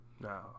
No